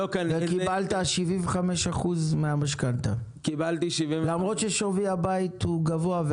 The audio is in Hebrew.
קיבלת 75% מהמשכנתה, למרות ששווי הבית גבוה.